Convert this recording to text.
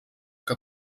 que